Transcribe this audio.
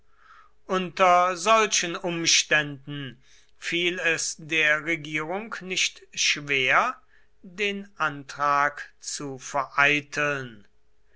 unter solchen umständen fiel es der regierung nicht schwer den antrag zu vereiteln